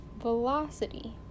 velocity